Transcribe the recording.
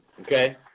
okay